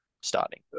starting